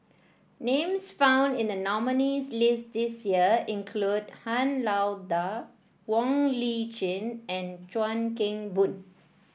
names found in the nominees' list this year include Han Lao Da Wong Lip Chin and Chuan Keng Boon